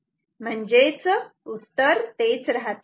म्हणजेच उत्तर तेच राहते